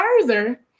further